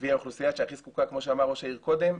והיא עם האוכלוסייה שהכי זקוקה כמו שאמר ראש העיר קודם,